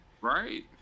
Right